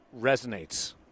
resonates